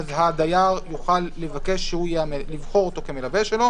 הדייר יוכל לבחור אותו כמלווה שלו,